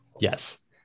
yes